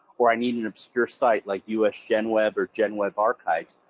or i need an obscure site, like us gen web or gen web archives.